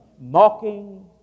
mocking